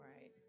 right